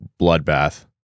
bloodbath